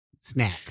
snack